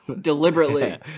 deliberately